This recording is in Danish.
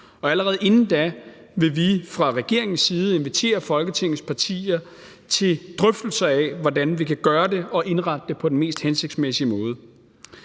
Allerede inden da vil vi fra regeringens side invitere Folketingets partier til drøftelser af, hvordan vi kan gøre det og indrette det på den mest hensigtsmæssige måde.